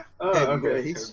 okay